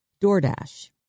DoorDash